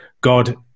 God